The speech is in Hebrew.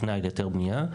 כתנאי להיתר בנייה.